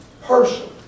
person